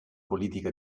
politica